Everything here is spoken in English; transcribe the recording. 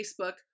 Facebook